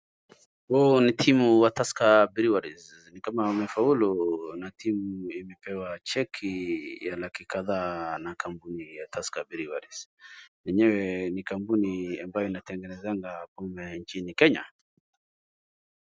Hii ni timu ya tusker breweries ni kama wamefaulu na timu imepewa cheki ya laki kadhaa na tusker breweries . Enyewe ni kampuni ambayo inatengenezanga pombe nchini Kenya.